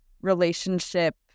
relationship